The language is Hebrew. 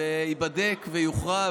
הוא ייבדק ויוכרע,